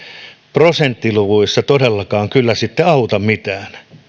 prosenttiluvuissa todellakaan kyllä sitten auta mitään